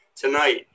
Tonight